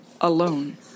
alone